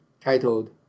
titled